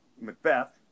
Macbeth